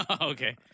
Okay